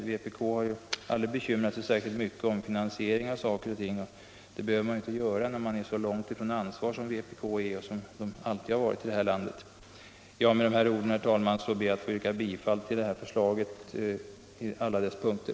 Vpk har aldrig bekymrat sig särskilt mycket om finansieringen av saker och ting, och det behöver man inte heller göra när man är så långt från ansvar som vpk är och alltid har varit här i landet. Med dessa ord ber jag, herr talman, att få yrka bifall till utskottets hemställan på samtliga punkter.